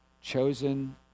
Chosen